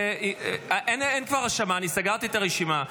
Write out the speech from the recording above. אין כבר הרשמה, אני סגרתי את הרשימה.